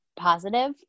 positive